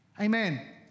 Amen